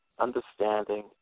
understanding